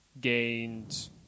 gained